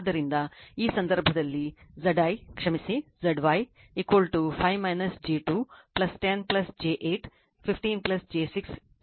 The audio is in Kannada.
ಆದ್ದರಿಂದ ಈ ಸಂದರ್ಭದಲ್ಲಿ Zi ಕ್ಷಮಿಸಿ Zy 5 j 2 10 j 8 15 j 6 is ಆಗಿದೆ